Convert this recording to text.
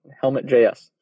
Helmet.js